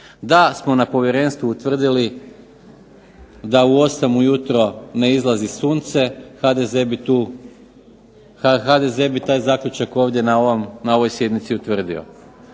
DA smo na Povjerenstvu utvrdili da u 8 ujutro ne izlazi sunce, HDZ bi taj zaključak ovdje na ovoj sjednici utvrdio.